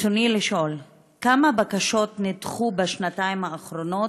רצוני לשאול: 1. כמה בקשות נדחו בשנתיים האחרונות?